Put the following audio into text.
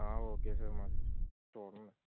okay sir మళ్ళీ చూడండి